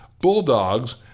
Bulldogs